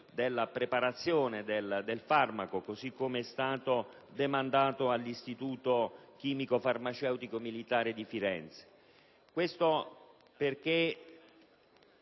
della preparazione del farmaco, come demandato all'Istituto chimico-farmaceutico militare di Firenze. Questo perché